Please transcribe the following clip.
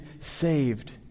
saved